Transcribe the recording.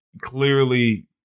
Clearly